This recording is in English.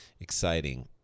exciting